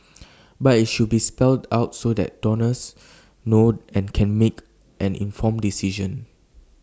but IT should be spelled out so that donors know and can make an informed decision